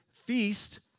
feast